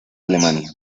alemania